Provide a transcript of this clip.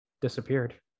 disappeared